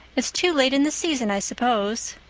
it's too late in the season, i suppose.